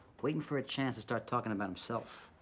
waitin' for a chance to start talking about himself.